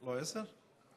לא עשר?